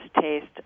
taste